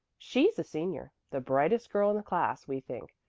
she's a senior, the brightest girl in the class, we think,